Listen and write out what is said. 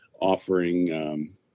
offering